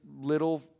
little